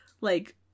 like-